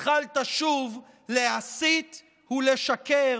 התחלת שוב להסית ולשקר.